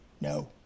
No